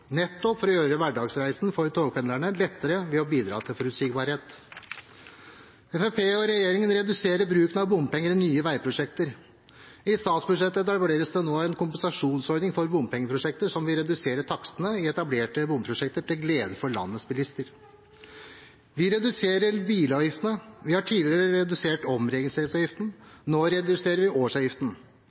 nettopp for å gjøre hverdagsreisen til togpendlerne lettere ved å bidra til forutsigbarhet. Fremskrittspartiet og regjeringen reduserer bruken av bompenger i nye veiprosjekter. I statsbudsjettet etableres det nå en kompensasjonsordning for bompengeprosjekter som vil redusere takstene i etablerte bomprosjekter, til glede for landets bilister. Vi reduserer bilavgiftene. Vi har tidligere redusert omregistreringsavgiften, nå reduserer vi årsavgiften.